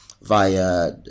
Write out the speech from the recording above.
via